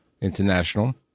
International